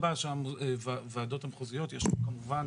שהוועדות המחוזיות יעשו כמובן,